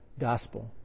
gospel